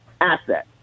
asset